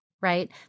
right